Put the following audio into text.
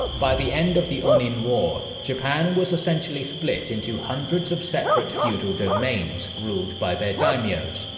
by the end of the onin war, japan was essentially split into hundreds of separate feudal domains ruled by their daimyos,